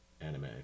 anime